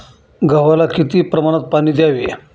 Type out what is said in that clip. गव्हाला किती प्रमाणात पाणी द्यावे?